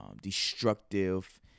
destructive